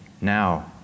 now